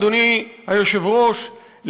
אדוני היושב-ראש,